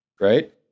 right